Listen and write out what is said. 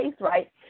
right